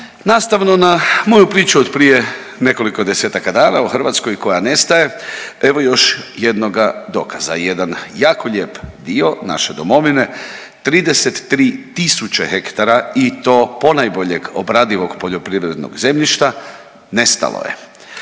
Nastavno na moju priču od prije nekoliko 10-taka dana o Hrvatskoj koja nestaje evo još jednoga dokaza. Jedan jako lijep dio naše domovine 33 tisuće hektara i to ponajboljeg obradivog poljoprivrednog zemljišta nestalo je,